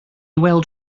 weld